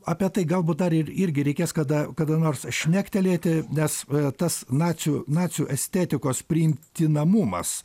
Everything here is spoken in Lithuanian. apie tai gal būt dar ir irgi reikės kada kada nors šnektelėti nes tas nacių nacių estetikos priimtinamumas